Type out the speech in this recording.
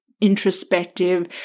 introspective